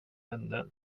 vänner